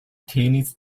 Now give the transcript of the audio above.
tenis